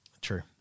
True